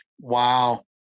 wow